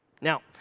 Now